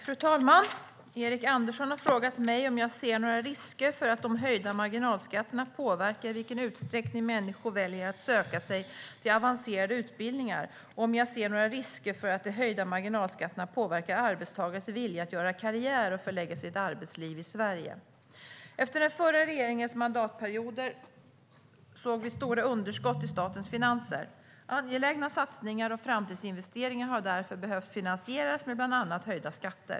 Fru talman! Erik Andersson har frågat mig om jag ser några risker för att de höjda marginalskatterna påverkar i vilken utsträckning människor väljer att söka sig till avancerade utbildningar och om jag ser några risker för att de höjda marginalskatterna påverkar arbetstagares vilja att göra karriär och förlägga sitt arbetsliv i Sverige. Efter den förra regeringens mandatperioder såg vi stora underskott i statens finanser. Angelägna satsningar och framtidsinvesteringar har därför behövt finansieras med bland annat höjda skatter.